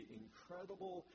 incredible